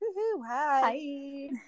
Hi